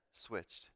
switched